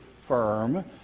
firm